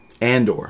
Andor